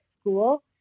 school